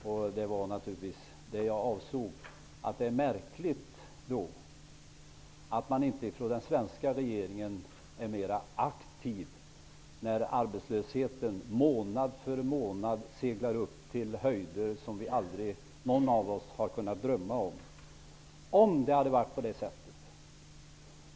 Det var naturligtvis det jag avsåg. Det är märkligt att inte den svenska regeringen är mer aktiv när arbetslösheten månad för månad seglar upp till höjder som vi aldrig har kunnat drömma om, inte någon av oss.